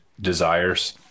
desires